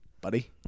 buddy